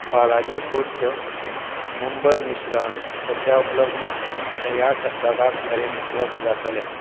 Balaji foods Mumbai मिश्रण सद्या उपलब्द ना तें ह्या सप्तकाक मेरेन उपलब्द जातलें